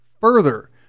Further